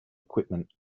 equipment